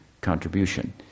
contribution